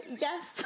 yes